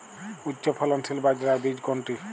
উচ্চফলনশীল বাজরার বীজ কোনটি?